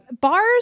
Bars